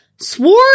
swore